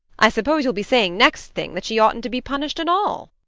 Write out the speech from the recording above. i suppose you'll be saying next thing that she oughtn't to be punished at all!